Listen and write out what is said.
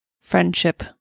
friendship